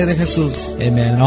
Amen